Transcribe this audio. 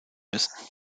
müssen